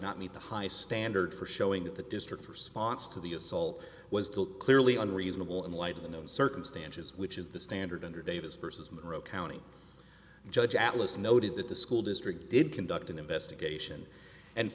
not meet the high standard for showing that the district response to the assault was still clearly unreasonable in light of the known circumstances which is the standard under davis versus monroe county judge atlas noted that the school district did conduct an investigation and